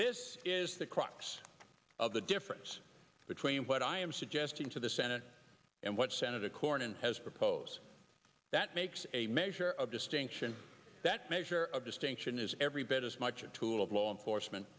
this is the crux of the difference between what i am suggesting to the senate and what senator cornyn has proposed that makes a measure of distinction that measure of distinction is every bit as much a tool of law enforcement